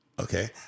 Okay